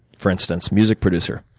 for instance, music producer.